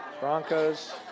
Broncos